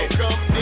come